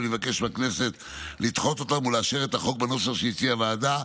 ואני מבקש מהכנסת לדחות אותן ולאשר את החוק בנוסח שהציעה הוועדה.